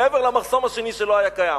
מעבר למחסום השני שלא היה קיים.